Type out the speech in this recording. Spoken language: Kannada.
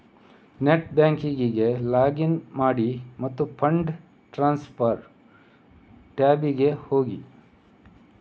ನೆಟ್ ಬ್ಯಾಂಕಿಂಗಿಗೆ ಲಾಗಿನ್ ಮಾಡಿ ಮತ್ತು ಫಂಡ್ ಟ್ರಾನ್ಸ್ಫರ್ ಟ್ಯಾಬಿಗೆ ಹೋಗಿ